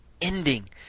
ending